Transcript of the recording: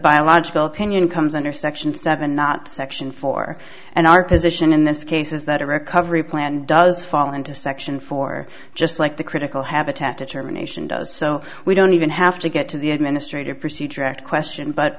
biological opinion comes under section seven not section four and our position in this case is that a recovery plan does fall into section four just like the critical habitat determination does so we don't even have to get to the administrative procedure act question but